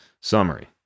Summary